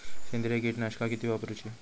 सेंद्रिय कीटकनाशका किती वापरूची?